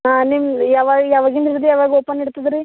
ಹಾಂ ನಿಮ್ದು ಯಾವ ಯಾವಾಗಿಂದ ಹಿಡ್ದು ಯಾವಾಗ ಓಪನ್ ಇರ್ತದ ರೀ